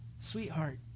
Sweetheart